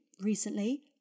recently